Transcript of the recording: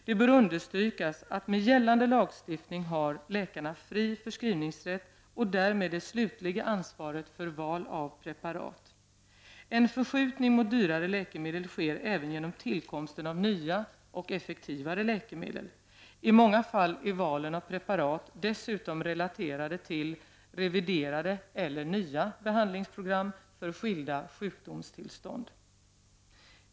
Det bör understrykas att med gällande lagstiftning har läkarna fri förskrivningsrätt och därmed det slutliga ansvaret för val av preparat. En förskjutning mot dyrare läkemedel sker även genom tillkomsten av nya och effektivare läkemedel. I många fall är valen av preparat dessutom relaterade till reviderade eller nya behandlingsprogram för skilda sjukdomstillstånd.